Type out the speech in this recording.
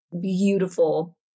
beautiful